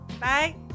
bye